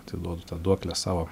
atiduodu duoklę savo